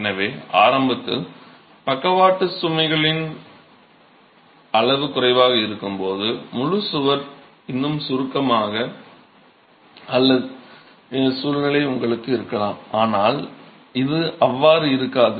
எனவே ஆரம்பத்தில் பக்கவாட்டு சுமைகளின் அளவு குறைவாக இருக்கும்போது முழு சுவர் இன்னும் சுருக்கமாக இருக்கும் சூழ்நிலை உங்களுக்கு இருக்கலாம் ஆனால் இது அவ்வாறு இருக்காது